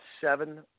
seven